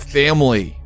family